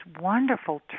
wonderful